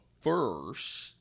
first